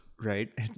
Right